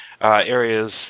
areas